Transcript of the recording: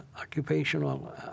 occupational